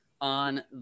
on